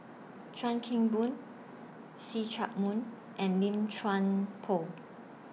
Chuan Keng Boon See Chak Mun and Lim Chuan Poh